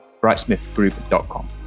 brightsmithgroup.com